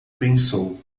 pensou